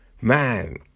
Man